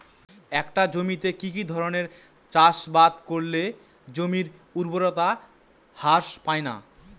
একটা জমিতে কি কি ধরনের চাষাবাদ করলে জমির উর্বরতা হ্রাস পায়না?